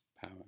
power